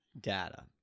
data